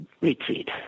retreat